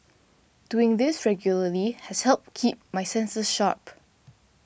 doing this regularly has helped keep my senses sharp